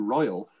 Royal